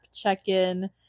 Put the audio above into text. check-in